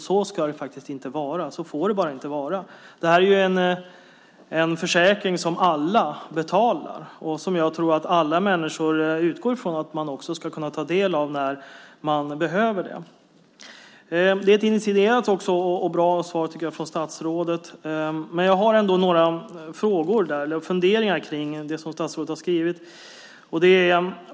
Så ska det inte vara, och så får det inte vara. Det här är en försäkring som alla betalar, och jag tror att alla människor utgår från att de ska få del av den när de behöver den. Jag tycker också att statsrådet gav ett initierat och bra svar, men jag har ändå några frågor och funderingar om en del av det statsrådet sade.